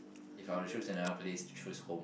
if I were to choose another place to choose home